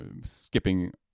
skipping